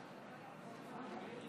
ועדת